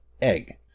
egg